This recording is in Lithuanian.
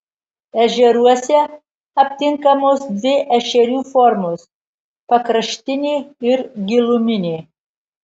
ežeruose aptinkamos dvi ešerių formos pakraštinė ir giluminė